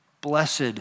blessed